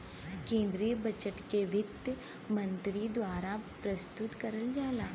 केन्द्रीय बजट के वित्त मन्त्री द्वारा प्रस्तुत करल जाला